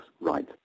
right